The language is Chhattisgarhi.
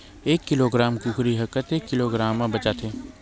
एक किलोग्राम कुकरी ह कतेक किलोग्राम म बेचाथे?